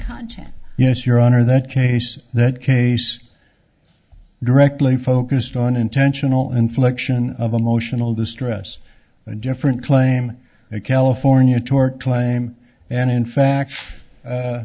content yes your honor that case that case directly focused on intentional infliction of emotional distress a different claim a california tort claim and in fact